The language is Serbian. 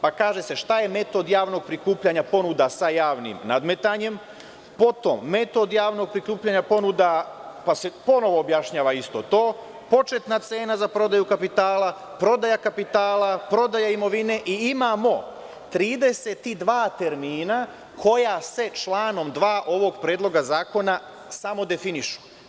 Zatim se kaže šta je metod javnog prikupljanja ponuda sa javnim nadmetanjem, potom, metod javnog prikupljanja ponuda, pa se ponovo objašnjava isto to, početna cena za prodaju kapitala, prodaja kapitala, prodaja imovine i imamo 32 termina koja se članom 2. ovog predloga zakona samo definišu.